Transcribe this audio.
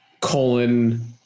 colon